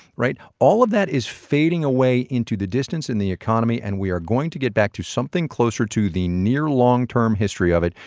right? all of that is fading away into the distance in the economy, and we are going to get back to something closer to the near-long-term history of it,